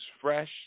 fresh